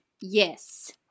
Yes